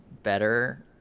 better